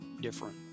different